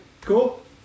cool